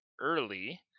early